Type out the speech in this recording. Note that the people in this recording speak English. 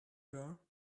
her